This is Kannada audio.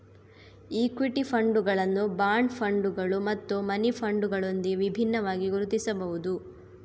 ಇಕ್ವಿಟಿ ಫಂಡುಗಳನ್ನು ಬಾಂಡ್ ಫಂಡುಗಳು ಮತ್ತು ಮನಿ ಫಂಡುಗಳೊಂದಿಗೆ ವಿಭಿನ್ನವಾಗಿ ಗುರುತಿಸಬಹುದು